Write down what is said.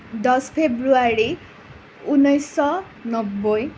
দহ ফেব্ৰুৱাৰী ঊনৈছশ নব্বৈ